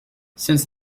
since